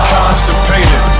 Constipated